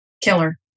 killer